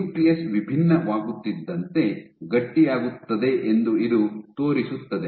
nucleus ವಿಭಿನ್ನವಾಗುತ್ತಿದ್ದಂತೆ ಗಟ್ಟಿಯಾಗುತ್ತದೆ ಎಂದು ಇದು ತೋರಿಸುತ್ತದೆ